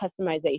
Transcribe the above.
customization